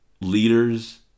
Leaders